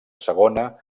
segona